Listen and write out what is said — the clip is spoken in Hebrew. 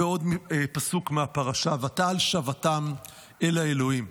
בעוד פסוק מהפרשה: "ותעל שוְעָתם אל האלֹהים".